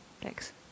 Thanks